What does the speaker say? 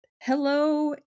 hello